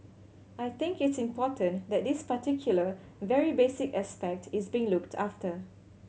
I think it's important that this particular very basic aspect is being looked after